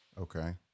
Okay